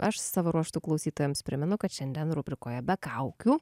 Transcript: aš savo ruožtu klausytojams primenu kad šiandien rubrikoje be kaukių